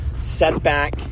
setback